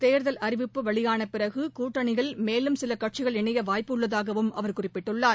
தேர்தல் அறிவிப்பு வெளியான பிறகு கூட்டணியில் மேலும் சில கட்சிகள் இணைய வாய்ப்புள்ளதாகவும் அவர் குறிப்பிட்டுள்ளார்